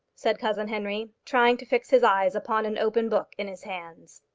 said cousin henry, trying to fix his eyes upon an open book in his hands.